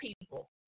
people